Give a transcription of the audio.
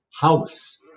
House